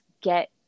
get